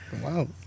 Wow